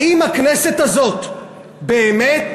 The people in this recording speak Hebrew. האם הכנסת הזאת באמת